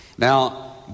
Now